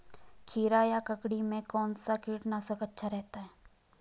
खीरा या ककड़ी में कौन सा कीटनाशक अच्छा रहता है?